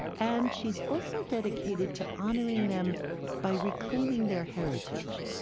and she's also dedicated to honoring them by reclaiming their heritage.